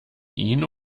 ihn